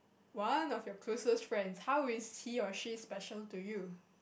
one of your closest friends how is he or she special to you